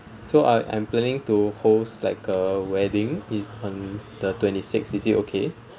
so I am planning to host like a wedding it's on the twenty sixth is it okay